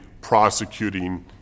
prosecuting